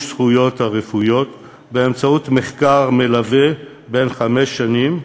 הזכויות הרפואיות באמצעות מחקר מלווה בן חמש שנים,